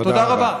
תודה רבה.